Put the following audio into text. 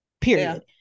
Period